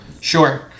Sure